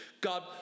God